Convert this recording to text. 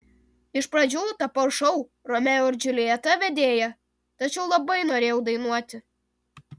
iš pradžių tapau šou romeo ir džiuljeta vedėja tačiau labai norėjau dainuoti